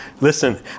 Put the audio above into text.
Listen